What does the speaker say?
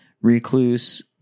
recluse